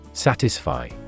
Satisfy